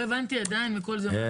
לא הבנתי עדיין מכל זה מה הבעיה שלך.